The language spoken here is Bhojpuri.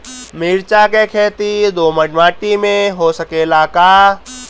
मिर्चा के खेती दोमट माटी में हो सकेला का?